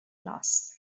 last